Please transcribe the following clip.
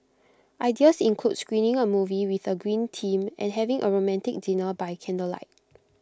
ideas include screening A movie with A green theme and having A romantic dinner by candlelight